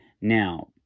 Now